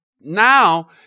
Now